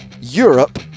Europe